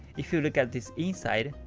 if you look at this inside,